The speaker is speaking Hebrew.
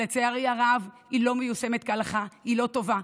אבל לצערי הרב, היא לא מיושמת כהלכה, היא לא טובה.